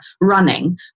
running